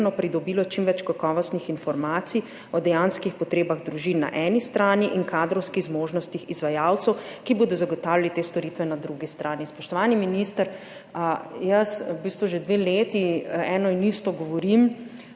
pridobilo čim več kakovostnih informacij o dejanskih potrebah družin na eni strani in kadrovskih zmožnosti izvajalcev, ki bodo zagotavljali te storitve, na drugi strani. Spoštovani minister, v bistvu že dve leti eno in isto govorim